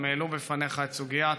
גם העלו בפניך את סוגיית